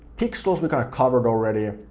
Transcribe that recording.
pixels we kind of covered already.